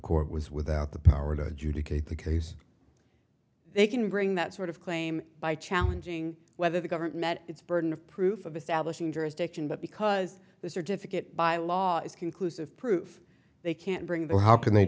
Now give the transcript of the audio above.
court was without the power to adjudicate the case they can bring that sort of claim by challenging whether the government its burden of proof of establishing jurisdiction but because the certificate by law is conclusive proof they can't bring the how can they